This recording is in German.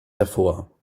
hervor